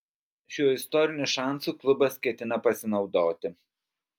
šiuo istoriniu šansu klubas ketina pasinaudoti